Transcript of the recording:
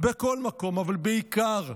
בכל מקום, אבל בעיקר,